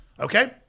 Okay